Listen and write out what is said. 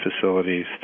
facilities